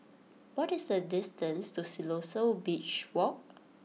what is the distance to Siloso Beach Walk